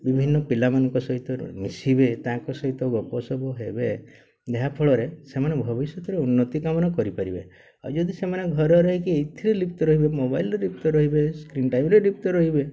ବିଭିନ୍ନ ପିଲାମାନଙ୍କ ସହିତ ମିଶିବେ ତାଙ୍କ ସହିତ ଗପସପ ହେବେ ଯାହାଫଳରେ ସେମାନେ ଭବିଷ୍ୟତରେ ଉନ୍ନତି କାମନା କରିପାରିବେ ଆଉ ଯଦି ସେମାନେ ଘରେ ରହିକି ଏଇଥିରେ ଲିପ୍ତ ରହିବେ ମୋବାଇଲ୍ରେ ଲିପ୍ତ ରହିବେ ସ୍କ୍ରିନ୍ ଟାଇମ୍ରେ ଲିପ୍ତ ରହିବେ